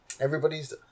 everybody's